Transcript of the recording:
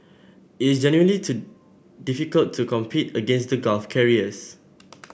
it's genuinely to difficult to compete against the Gulf carriers